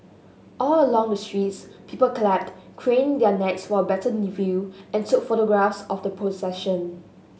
all along the streets people clapped craned their necks for a better look and took photographs of the procession